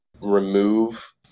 remove